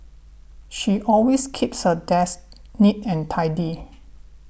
she always keeps her desk neat and tidy